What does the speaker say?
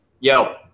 Yo